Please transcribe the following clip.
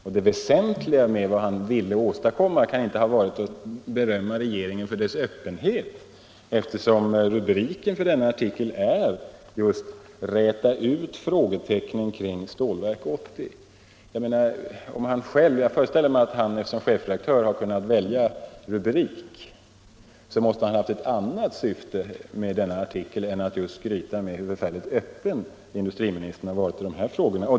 Och det väsentliga med vad han ville åstadkomma kan inte ha varit att berömma regeringen för dess öppenhet, då rubriken för artikeln är: ”Räta ut frågetecknen kring Stålverk 80.” Jag föreställer mig att Frans Nilsson som chefredaktör har kunnat välja rubrik, och han måste därför ha haft ett annat syfte med denna artikel än att just skryta med hur öppen industriministern har varit i de här frågorna.